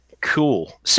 Cool